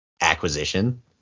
acquisition